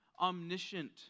omniscient